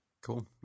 Cool